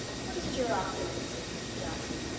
what is it you are after, lindsey? he asked.